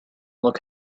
look